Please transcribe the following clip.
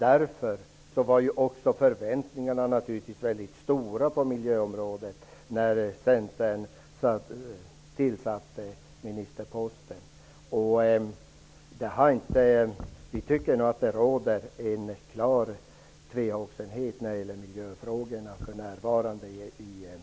Av den anledningen var förväntningarna väldigt stora när Vi tycker att det råder en klar tvehågsenhet när det gäller miljöfrågorna för närvarande i regeringen.